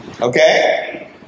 Okay